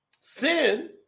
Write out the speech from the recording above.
Sin